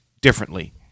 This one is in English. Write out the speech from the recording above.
differently